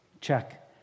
Check